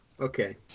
okay